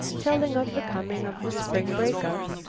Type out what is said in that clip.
telling of the coming of the spring break-up,